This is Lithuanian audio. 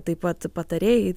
taip pat patarėjai